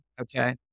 Okay